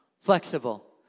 flexible